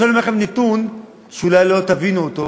עכשיו אני אומר לכם נתון שאולי לא תבינו אותו